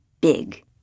Big